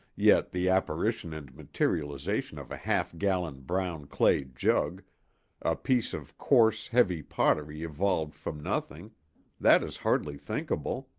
yet the apparition and materialization of a half-gallon brown clay jug a piece of coarse, heavy pottery evolved from nothing that is hardly thinkable.